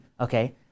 Okay